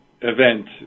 Event